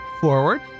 forward